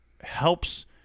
helps